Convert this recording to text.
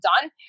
done